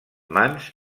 mans